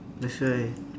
that's why